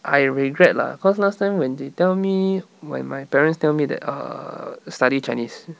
I regret lah cause last time when they tell me when my parents tell me that err study chinese